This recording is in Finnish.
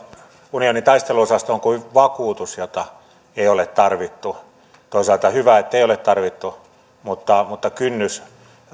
unionin taisteluosasto on kuin vakuutus jota ei ole tarvittu toisaalta hyvä ettei ole tarvittu mutta mutta kynnys